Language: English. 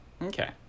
Okay